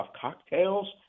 cocktails